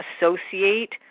associate